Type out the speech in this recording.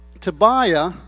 Tobiah